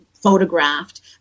photographed